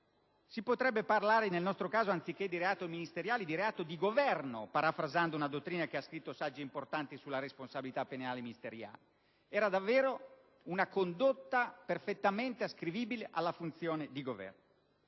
si potrebbe parlare, anziché di reato ministeriale, di «reato di governo», parafrasando una dottrina che ha scritto saggi importanti sulla responsabilità penale ministeriale. Era davvero una condotta perfettamente ascrivibile alla funzione di governo.